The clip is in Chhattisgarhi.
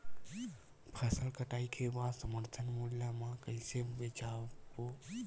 फसल कटाई के बाद समर्थन मूल्य मा कइसे बेचबो?